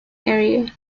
area